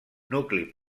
nucli